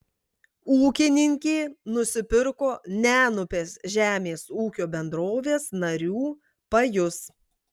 ūkininkė nusipirko nenupės žemės ūkio bendrovės narių pajus